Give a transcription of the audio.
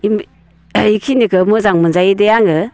बेखिनिखौ मोजां मोनजायो दे आङो